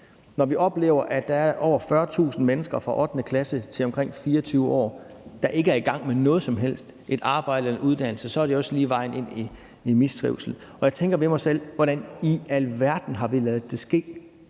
når vi oplever, at der er over 40.000 mennesker fra 8. klasse til omkring 24 år, der ikke er i gang med noget som helst – et arbejde eller en uddannelse – så er det også lige vejen ind i mistrivsel. Og jeg tænker ved mig selv: Hvordan i alverden har vi ladet det ske?